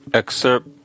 excerpt